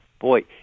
boy